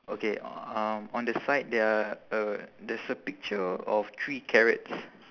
okay um on the side there are uh there's a picture of three carrots